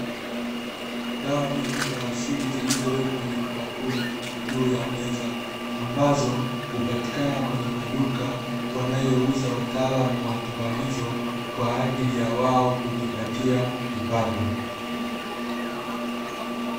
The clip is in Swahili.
Dawa nyingi za asili zilizowekwa kwenye vibakuli juu ya meza, ambazo hupatikana kwenye maduka wanayouza wataalamu wa tiba hizo, kwa ajili ya wao kujipatia kipato.